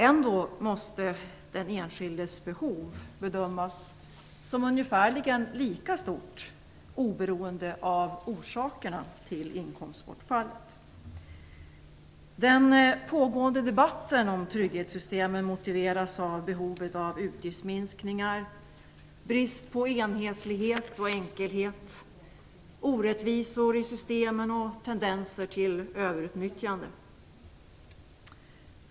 Ändå måste den enskildes behov bedömas som ungefärligen lika stort, oberoende av orsakerna till inkomstbortfallet. Den pågående debatten om trygghetssystemen motiveras av behovet av utgiftsminskningar, brist på enhetlighet och enkelhet, orättvisor i systemen och tendenser till överutnyttjande.